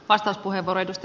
arvoisa puhemies